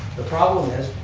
the problem is,